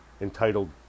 entitled